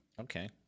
Okay